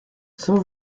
son